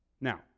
Now